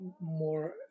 more